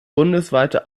bundesweite